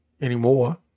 anymore